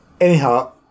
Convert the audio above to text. Anyhow